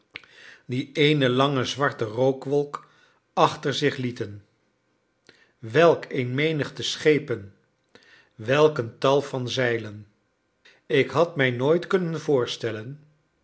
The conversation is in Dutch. die eene lange zwarte rookwolk achter zich lieten welk een menigte schepen welk een tal van zeilen ik had mij nooit kunnen voorstellen